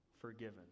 forgiven